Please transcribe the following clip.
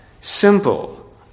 simple